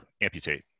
amputate